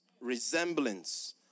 resemblance